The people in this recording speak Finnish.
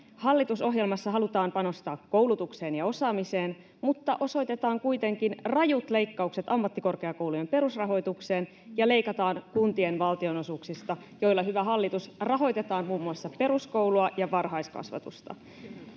hallitusohjelmassa halutaan panostaa koulutukseen ja osaamiseen mutta osoitetaan kuitenkin rajut leikkaukset ammattikorkeakoulujen perusrahoitukseen ja leikataan kuntien valtionosuuksista, joilla, hyvä hallitus, rahoitetaan muun muassa peruskoulua ja varhaiskasvatusta.